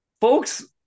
Folks